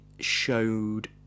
Showed